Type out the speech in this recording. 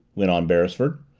went on beresford.